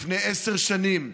לפני עשר שנים,